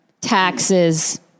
taxes